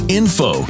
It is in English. info